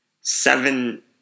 seven